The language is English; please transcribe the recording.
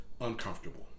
uncomfortable